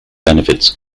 benefits